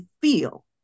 feel